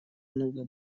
много